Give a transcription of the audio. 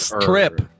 trip